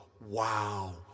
wow